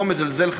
אני לא מזלזל,